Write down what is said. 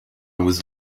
was